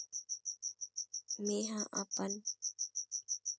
मेंहा तिहार बर छोटे कर्जा कहाँ ले सकथव?